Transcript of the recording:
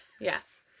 yes